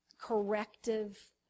corrective